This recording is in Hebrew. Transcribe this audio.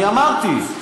אני אמרתי,